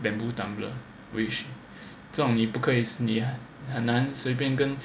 bamboo tumbler which 这种你不可以很难随便跟